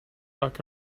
rock